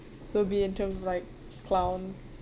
so be in terms of like clowns